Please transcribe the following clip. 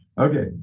Okay